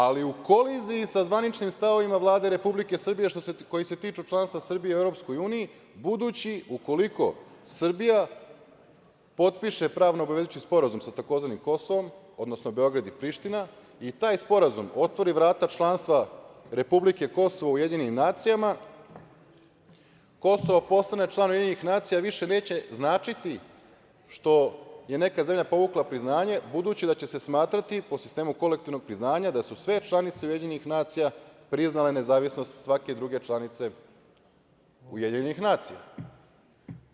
Ali, u koliziji sa zvaničnim stavovima Vlade Republike Srbije koji se tiču članstva Srbije u EU, budući, ukoliko Srbija potiše pravno obavezujući sporazum sa tzv. Kosovom, odnosno Beograd i Priština, i taj sporazum otvori vrata članstva republike Kosovo u UN, Kosovo postane član UN, više neće značiti što je neka zemlja povukla priznanje budući da će se smatrati, po sistemu kolektivnog priznanja, da su sve članice UN priznale nezavisnost svake druge članice UN.